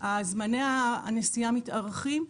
כאשר זמני הנסיעה מתארכים.